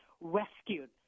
rescued